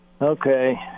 Okay